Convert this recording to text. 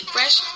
Fresh